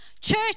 Church